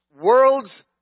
world's